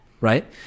Right